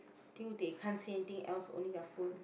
till they can't see anything else only their phone